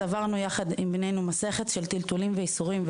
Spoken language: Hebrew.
עברנו יחד עם הבן שלנו מסכת של טלטולים וייסורים,